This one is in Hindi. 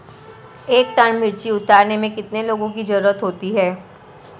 एक टन मिर्ची उतारने में कितने लोगों की ज़रुरत होती है?